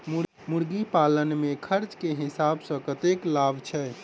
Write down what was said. मुर्गी पालन मे खर्च केँ हिसाब सऽ कतेक लाभ छैय?